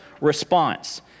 response